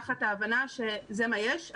תחת ההבנה שזה מה יש,